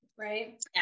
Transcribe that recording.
Right